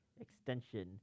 extension